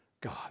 God